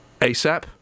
ASAP